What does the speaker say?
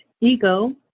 ego